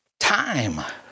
Time